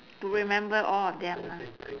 to remember all of them lah